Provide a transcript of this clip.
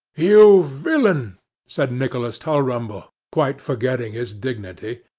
you villain said nicholas tulrumble, quite forgetting his dignity,